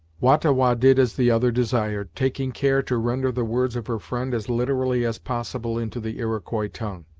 wah-ta-wah did as the other desired, taking care to render the words of her friend as literally as possible into the iroquois tongue,